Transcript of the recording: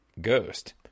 ghost